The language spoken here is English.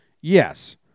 yes